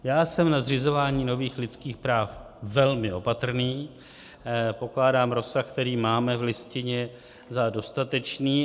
Já jsem na zřizování nových lidských práv velmi opatrný, pokládám rozsah, který máme v Listině, za dostatečný.